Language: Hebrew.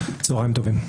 צוהריים טובים.